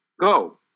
go